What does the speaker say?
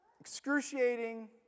excruciating